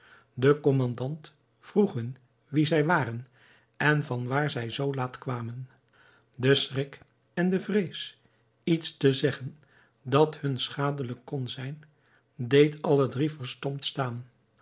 de kommandant vroeg hun wie zij waren en van waar zij zoo laat kwamen de schrik en de vrees iets te zeggen dat hun schadelijk kon zijn deed alle drie verstomd staan